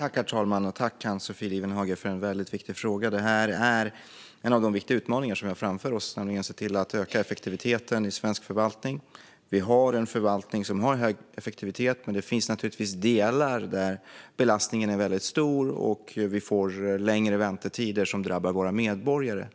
Herr talman! Jag tackar Ann-Sofie Lifvenhage för en väldigt viktig fråga. Det här gäller en av de viktiga utmaningar vi har framför oss, nämligen att öka effektiviteten i svensk förvaltning. Vi har en förvaltning som har hög effektivitet, men det finns naturligtvis delar där belastningen är väldigt stor och vi får längre väntetider som drabbar våra medborgare.